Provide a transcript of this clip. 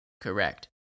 Correct